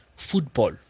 Football